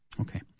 Okay